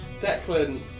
Declan